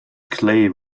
clay